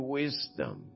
wisdom